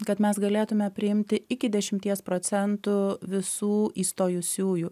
kad mes galėtume priimti iki dešimties procentų visų įstojusiųjų